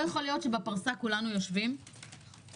לא יכול להיות שבפרסה כולנו יושבים ומדברים,